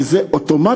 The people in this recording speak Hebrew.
כי זה אוטומטית,